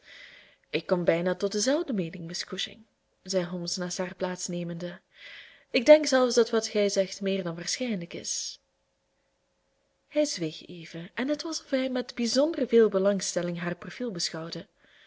ik kom bijna tot dezelfde meening miss cushing zeide holmes naast haar plaats nemende ik denk zelfs dat wat gij zegt meer dan waarschijnlijk is hij zweeg even en het was of hij met bijzonder veel belangstelling haar profiel beschouwde